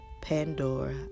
pandora